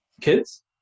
kids